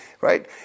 right